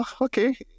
Okay